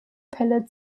pellet